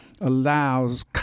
allows